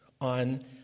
on